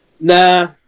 nah